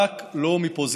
רק לא מפוזיציה,